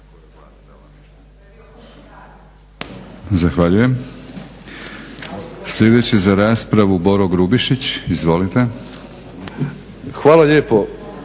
Hvala lijepo